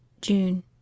june